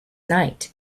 night